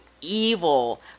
evil